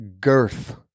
girth